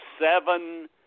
Seven